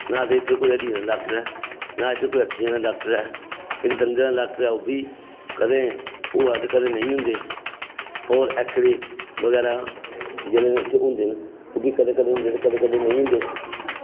नां ते इत्थै कोई हड्डियें दा डॉक्टर ऐ नां इत्थै कोई अक्खियें दा डॉक्टर ऐ ते दंदें दा डॉक्टर ऐ ते ओह्बी कदें होंदे ते कदें नेईं होंदे होर एक्स रे बगैरा जेह्ड़े इत्थै होंदे ओह्बी कदें कदें होंदे ते कदें कदें नेईं होंदे